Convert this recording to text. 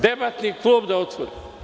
Debatni klub da otvorim?